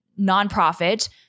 nonprofit